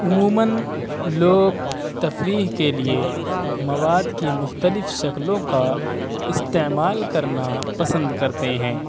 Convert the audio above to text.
عموماً لوگ تفریح کے لیے مواد کے مختلف شکلوں کا استعمال کرنا پسند کرتے ہیں